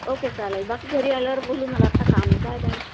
okay चालेल बाकी घरी आल्यावर बोलू मला आत्ता काम आहे बाय बाय